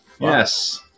Yes